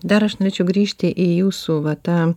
dar aš norėčiau grįžti į jūsų va tą